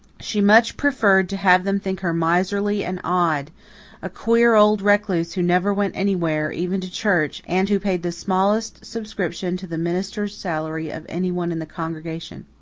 she much preferred to have them think her miserly and odd a queer old recluse who never went anywhere, even to church, and who paid the smallest subscription to the minister's salary of anyone in the congregation.